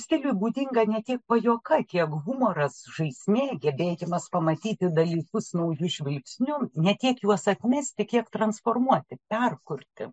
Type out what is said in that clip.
stiliui būdinga ne tik pajuoka kiek humoras žaismė gebėjimas pamatyti dalykus nauju žvilgsniu ne tiek juos atmesti kiek transformuoti perkurti